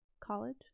college